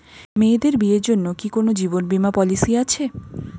মেয়েদের বিয়ের জন্য কি কোন জীবন বিমা পলিছি আছে?